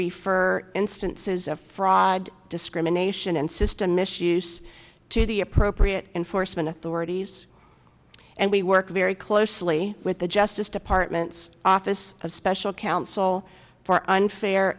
refer instances of fraud discrimination and system issues to the appropriate enforcement authorities and we work very closely with the justice department's office of special council for unfair